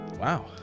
wow